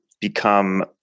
become